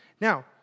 Now